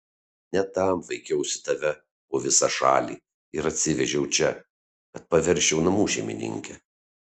ne tam vaikiausi tave po visą šalį ir atsivežiau čia kad paversčiau namų šeimininke